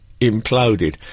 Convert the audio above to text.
imploded